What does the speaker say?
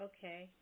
Okay